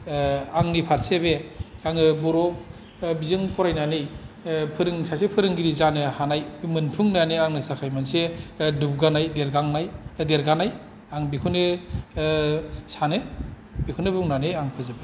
आंनि फारसे बे आङो बर' बिजों फरायनानै सासे फोरोंगिरि जानो हानाय मोनफुंनानै आङो सासे दुबगानाय देरगांनाय देरगानाय आं बिखौनो सानो बिखौनो बुंनानै आं फोजोबबाय